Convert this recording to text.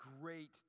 great